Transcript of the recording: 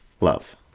love